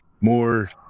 more